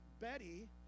Betty